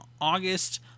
August